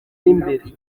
imbere